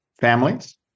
families